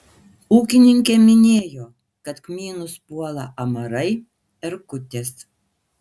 ūkininkė minėjo kad kmynus puola amarai erkutės